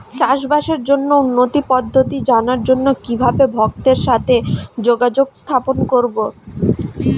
চাষবাসের জন্য উন্নতি পদ্ধতি জানার জন্য কিভাবে ভক্তের সাথে যোগাযোগ স্থাপন করব?